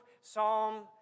Psalm